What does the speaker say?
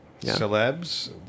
Celebs